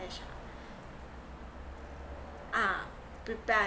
cash ah ah prepare